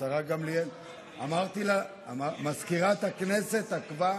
סגנית המזכיר הכנסת עקבה.